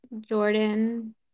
Jordan